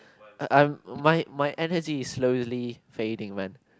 I'm I'm my my n_h_d is slowing fading man